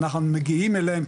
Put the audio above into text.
אנחנו מגיעים אליהם,